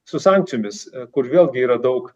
su sankcijomis kur vėlgi yra daug